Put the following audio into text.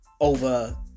over